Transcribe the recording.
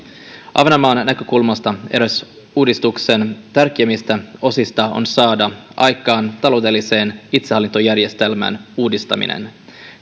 ahvenanmaan näkökulmasta eräs uudistuksen tärkeimmistä osista on saada aikaan taloudellisen itsehallintojärjestelmän uudistaminen